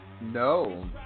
No